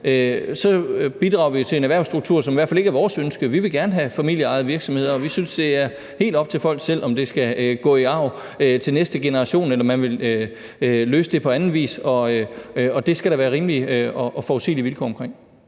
så bidrager vi til en erhvervsstruktur, som det i hvert fald ikke er vores ønske at have. Vi vil gerne have familieejede virksomheder, og vi synes, det er helt op til folk selv, om det skal gå i arv til næste generation, eller om man vil løse det på anden vis, og det skal der være rimelige og forudsigelige vilkår for.